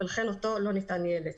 ולכן אותו לא ניתן יהיה לאצול.